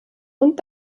und